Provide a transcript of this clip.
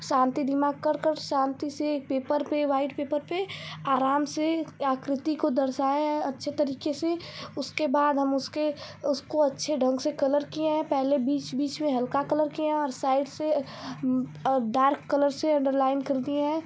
शांति दिमाग कर कर शांति से एक पेपर पर वाइट पेपर पर आराम से आकृति को दर्शाया है अच्छे तरीके से उसके बाद हम उसके उसको अच्छे ढंग से कलर किए हैं पहले बीच बीच में हल्का कलर किए हैं और साइड से डार्क कलर से अन्डरलाइन कर दिए हैं